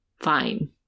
fine